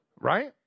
right